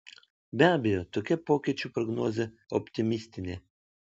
be abejo tokia pokyčių prognozė optimistinė